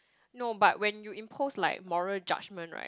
no but when you impose like moral judgement right